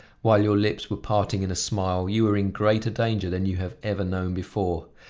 while your lips were parting in a smile, you were in greater danger than you have ever known before.